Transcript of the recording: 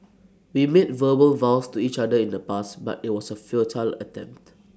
we made verbal vows to each other in the past but IT was A futile attempt